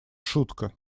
шутка